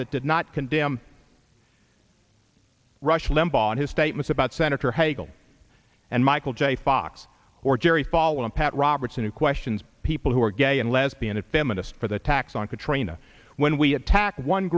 that did not condemn rush limbaugh and his statements about senator hagel and michael j fox or jerry falwell and pat robertson who questions people who are gay and lesbian and feminist for the attacks on katrina when we attack one